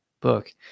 book